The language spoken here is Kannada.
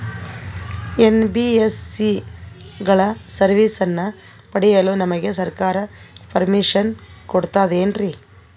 ಎನ್.ಬಿ.ಎಸ್.ಸಿ ಗಳ ಸರ್ವಿಸನ್ನ ಪಡಿಯಲು ನಮಗೆ ಸರ್ಕಾರ ಪರ್ಮಿಷನ್ ಕೊಡ್ತಾತೇನ್ರೀ?